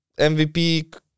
MVP